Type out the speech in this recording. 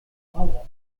follow